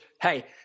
hey